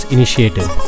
Initiative